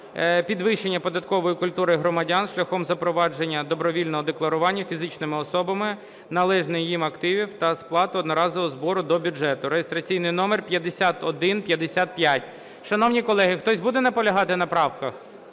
підвищення податкової культури громадян шляхом запровадження добровільного декларування фізичними особами належних їм активів та сплати одноразового збору до бюджету (реєстраційний номер 5155). Шановні колеги, хтось буде наполягати на правках?